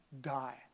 die